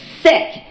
sick